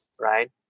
Right